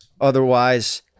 Otherwise